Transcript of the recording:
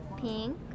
Pink